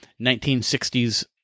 1960s